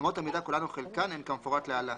אמות המידה, כולן או חלקן, הן כמפורט להלן: